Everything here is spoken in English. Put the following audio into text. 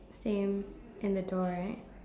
same and the door right